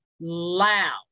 loud